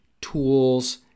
tools